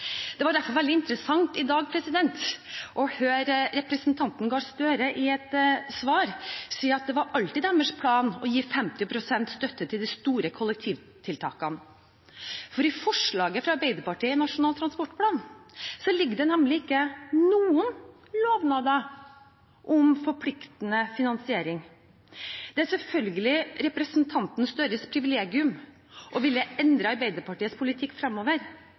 Det var derfor veldig interessant i dag å høre representanten Gahr Støre i et svar si at det alltid var deres plan å gi 50 pst. støtte til de store kollektivtiltakene. I forslaget fra Arbeiderpartiet i Nasjonal transportplan ligger det nemlig ikke noen lovnader om forpliktende finansiering. Det er selvfølgelig representanten Gahr Støres privilegium å ville endre Arbeiderpartiets politikk